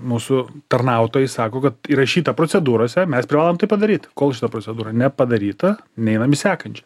mūsų tarnautojai sako kad įrašyta procedūrose mes privalom tai padaryt kol šita procedūra nepadaryta neinam į sekančią